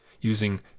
using